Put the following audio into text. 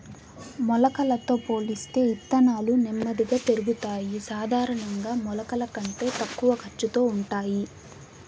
మొలకలతో పోలిస్తే ఇత్తనాలు నెమ్మదిగా పెరుగుతాయి, సాధారణంగా మొలకల కంటే తక్కువ ఖర్చుతో ఉంటాయి